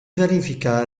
verifica